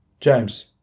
James